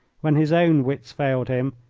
when his own wits failed him,